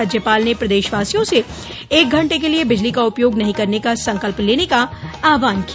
राज्यपाल ने प्रदेशवासियों से एक घण्टे के लिए बिजली का उपयोग नहीं करने का संकल्प लेने का आहवान किया